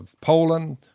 Poland